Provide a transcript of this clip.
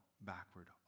backward